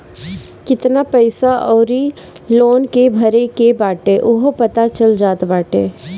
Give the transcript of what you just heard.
केतना पईसा अउरी लोन के भरे के बाटे उहो पता चल जात बाटे